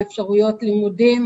על אפשרויות לימודים,